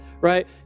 Right